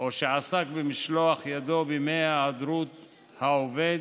או שעסק במשלוח ידו בימי היעדרות העובד,